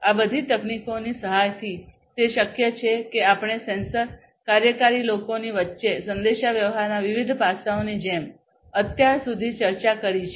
આ બધી તકનીકોની સહાયથી તે શક્ય છે કે આપણે સેન્સર કાર્યકારી લોકોની વચ્ચે સંદેશાવ્યવહારના વિવિધ પાસાઓની જેમ અત્યાર સુધી ચર્ચા કરી છે